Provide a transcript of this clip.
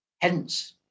hence